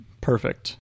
Perfect